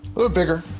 ooh bigger.